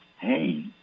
hey